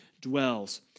dwells